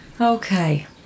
Okay